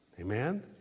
Amen